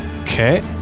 Okay